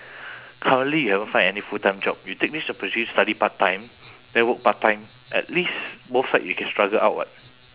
currently you haven't find any full-time job you take this opportunity study part-time then work part-time at least both side you can struggle up what